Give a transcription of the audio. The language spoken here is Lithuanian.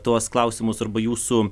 tuos klausimus arba jūsų